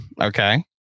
Okay